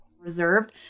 reserved